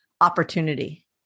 opportunity